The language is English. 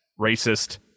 racist